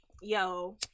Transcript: yo